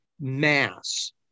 mass